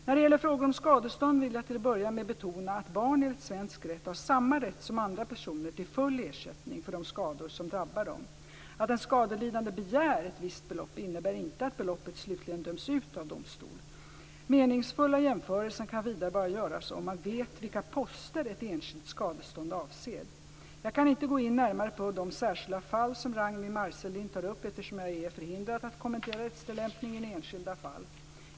När det gäller frågorna om skadestånd vill jag till att börja med betona att barn enligt svensk rätt har samma rätt som andra personer till full ersättning för de skador som drabbar dem. Att en skadelidande begär ett visst belopp innebär inte att beloppet slutligen döms ut av domstol. Meningsfulla jämförelser kan vidare bara göras om man vet vilka poster ett enskilt skadestånd avser. Jag kan inte gå in närmare på de särskilda fall som Ragnwi Marcelind tar upp, eftersom jag är förhindrad att kommentera rättstillämpningen i enskilda fall.